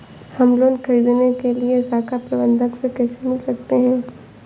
हम लोन ख़रीदने के लिए शाखा प्रबंधक से कैसे मिल सकते हैं?